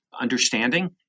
understanding